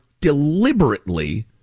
deliberately